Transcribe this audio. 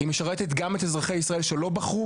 היא משרתת גם את אזרחי ישראל שלא בחרו